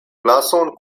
glason